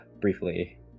briefly